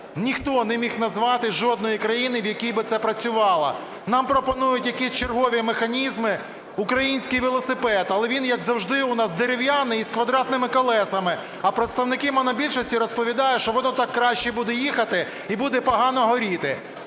Ніхто не міг назвати жодної країни, в якій би це працювало. Нам пропонують якісь чергові механізми – "український велосипед", але він, як завжди, у нас дерев'яний і з квадратними колесами, а представники монобільшості розповідають, що воно так краще буде їхати і буде погано горіти.